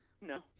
No